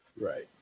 Right